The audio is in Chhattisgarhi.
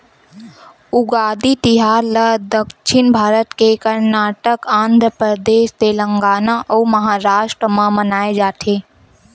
उगादी तिहार ल दक्छिन भारत के करनाटक, आंध्रपरदेस, तेलगाना अउ महारास्ट म मनाए जाथे